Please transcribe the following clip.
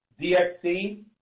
DXC